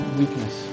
weakness